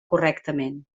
correctament